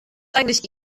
eigentlich